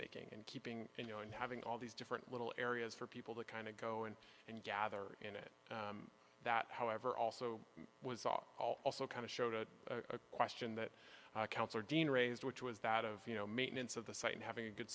making and keeping you know and having all these different little areas for people to kind of go in and gather in it that however also was awe also kind of show to a question that counselor dean raised which was that of you know maintenance of the site and having a good